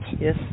yes